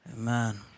Amen